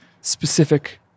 specific